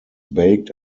baked